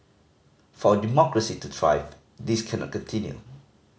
for our democracy to thrive this cannot continue